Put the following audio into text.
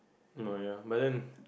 no ya but then